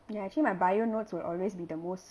ya actually my biology notes will always be the most